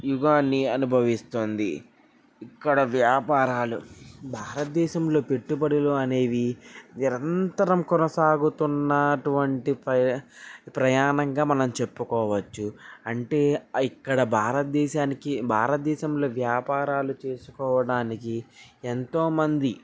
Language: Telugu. యుగాన్ని అనుభవిస్తుంది ఇక్కడ వ్యాపారాలు భారతదేశంలో పెట్టుబడులు అనేవి నిరంతరం కొనసాగుతున్నటువంటి ప్రయాణంగా మనం చెప్పుకోవచ్చు అంటే ఇక్కడ భారతదేశానికి భారతదేశంలో వ్యాపారాలు చేసుకోవడానికి ఎంతోమంది